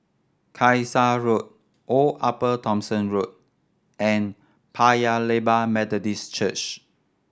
Kasai Road Old Upper Thomson Road and Paya Lebar Methodist Church